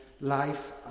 life